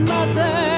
Mother